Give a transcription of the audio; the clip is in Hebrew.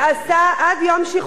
ולבן שמשרת